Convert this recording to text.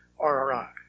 RRI